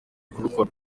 kubikora